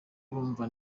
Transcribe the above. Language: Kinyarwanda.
urumva